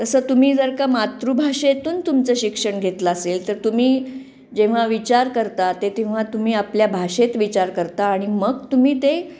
तसं तुम्ही जर का मातृभाषेतून तुमचं शिक्षण घेतलं असेल तर तुम्ही जेव्हा विचार करता ते तेव्हा तुम्ही आपल्या भाषेत विचार करता आणि मग तुम्ही ते